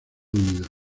unidos